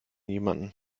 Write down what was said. jemanden